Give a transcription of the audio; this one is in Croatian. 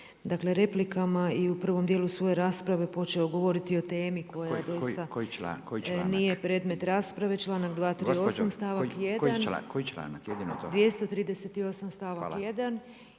replikama i u prvom djelu svoje rasprave, počeo govoriti koja ista nije predmet rasprave. …/Upadica Radin: